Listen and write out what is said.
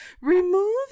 Remove